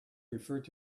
referred